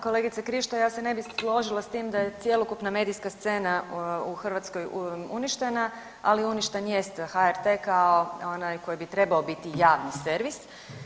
Kolegica Krišto ja se ne bih složila s tim da je cjelokupna medijska scena u Hrvatskoj uništena, ali uništen jest HRT onaj koji bi trebao biti javni servis.